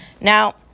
Now